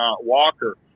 Walker